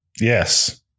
Yes